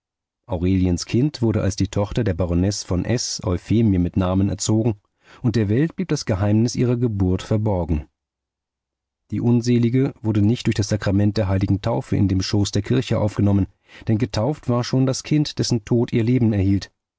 aureliens kind wurde als die tochter der baronesse von s euphemie mit namen erzogen und der welt blieb das geheimnis ihrer geburt verborgen die unselige wurde nicht durch das sakrament der heiligen taufe in den schoß der kirche aufgenommen denn getauft war schon das kind dessen tod ihr leben erhielt